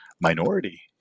minority